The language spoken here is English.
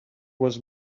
was